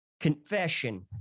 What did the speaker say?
confession